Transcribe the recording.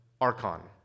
archon